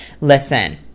listen